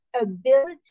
ability